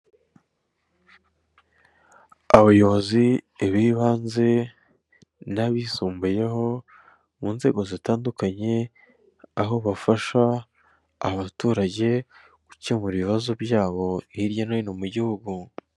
Abayobozi b'ibanze n'abisumbuyeho mu nzego zitandukanye aho bafasha abaturage gukemura ibibazo byabo hirya no hino mu gihugu.